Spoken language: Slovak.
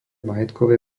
majetkové